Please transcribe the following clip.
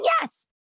yes